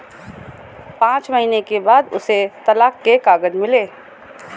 पांच महीने के बाद उसे तलाक के कागज मिले